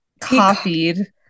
copied